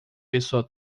pessoa